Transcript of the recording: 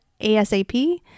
ASAP